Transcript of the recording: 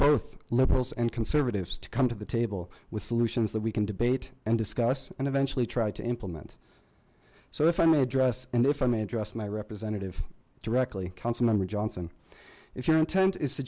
both liberals and conservatives to come to the table with solutions that we can debate and discuss and eventually try to implement so if i may address and if i may address my representative directly council member johnson if your intent is